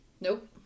Nope